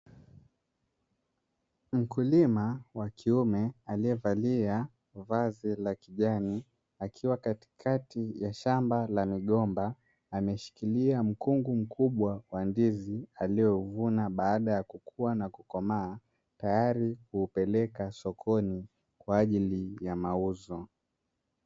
Mkulima wa kiume aliyevalia vazi la kijani, akiwa katikati ya shamba la migomba, ameshikilia mkungu mkubwa wa ndizi aliouvuna baada ya kukua na kukomaa, tayari kupelekwa sokoni kwa ajili ya mauzo.